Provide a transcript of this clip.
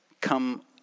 come